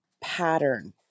pattern